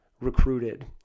recruited